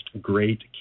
great